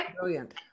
brilliant